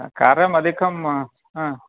कार्यम् अधिकं हा